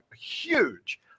huge